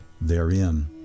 therein